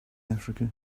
africa